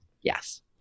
Yes